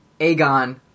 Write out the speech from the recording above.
Aegon